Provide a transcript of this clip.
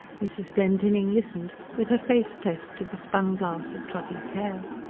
mrs. glendinning listening with her face pressed to the spun-glass of trotty's hair.